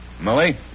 Molly